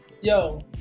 Yo